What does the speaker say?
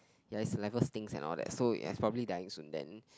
ya is levels thing and all that so as probably dying soon then